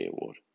award